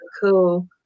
cool